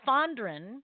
Fondren